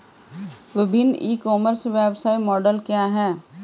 विभिन्न e commerce व्यवसाय model क्या हैं?